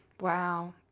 wow